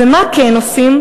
ומה כן עושים?